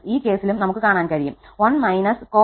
ഈ കേസിലും നമുക് കാണാൻ കഴിയും 1−cos2𝑛𝑥2 ആണ്